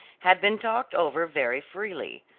had been talked over very freely.